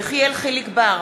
נגד יחיאל חיליק בר,